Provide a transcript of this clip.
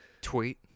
tweet